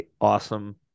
awesome